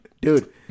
dude